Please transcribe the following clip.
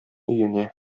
өенә